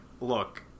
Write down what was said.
look